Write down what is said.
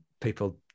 people